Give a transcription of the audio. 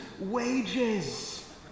wages